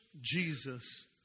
Jesus